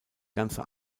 ganze